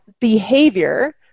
behavior